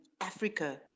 africa